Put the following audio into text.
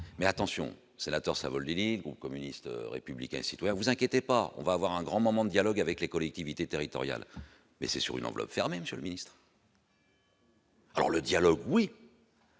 mais attention sénateur Savoldelli, groupe communiste républicain et citoyen, vous inquiétez pas, on va avoir un grand moment, dialogue avec les collectivités territoriales mais c'est sur une enveloppe fermée Monsieur le Ministre. Alors le dialogue oui.